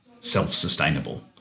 self-sustainable